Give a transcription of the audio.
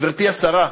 גברתי השרה.